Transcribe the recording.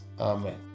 amen